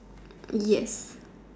yes